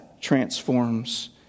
transforms